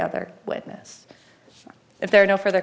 other witness if there are no furthe